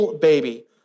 baby